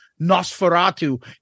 Nosferatu